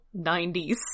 90s